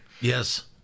Yes